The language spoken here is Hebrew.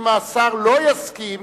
אם השר לא יסכים